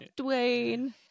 Dwayne